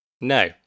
No